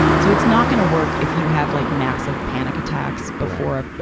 so it's not gonna work if you have, like, massive panic attacks before a,